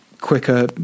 quicker